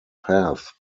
path